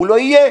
הוא לא יהיה,